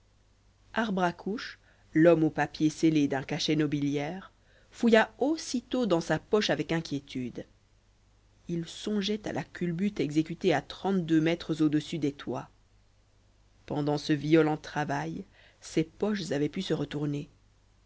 arbre à couche l'homme aux papiers scellés d'un cachet nobiliaire fouilla aussitôt dans sa poche avec inquiétude il songeait à la culbute exécutée à trente-deux mètres au-dessus des toits pendant ce violent travail ses poches avaient pu se retourner